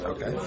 Okay